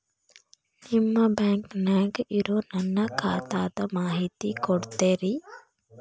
ನಿಮ್ಮ ಬ್ಯಾಂಕನ್ಯಾಗ ಇರೊ ನನ್ನ ಖಾತಾದ ಮಾಹಿತಿ ಕೊಡ್ತೇರಿ?